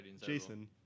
jason